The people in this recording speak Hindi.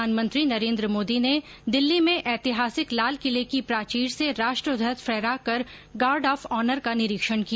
प्रधानमंत्री नरेन्द्र मोदी ने दिल्ली में ऐतिहासिक लाल किले की प्राचीर से राष्ट्र ध्वज फहराकर गार्ड ऑफ ऑनर का निरीक्षण किया